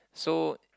so